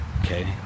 Okay